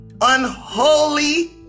unholy